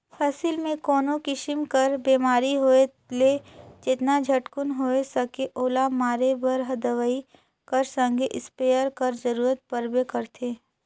फसिल मे कोनो किसिम कर बेमारी होए ले जेतना झटकुन होए सके ओला मारे बर दवई कर संघे इस्पेयर कर जरूरत परबे करथे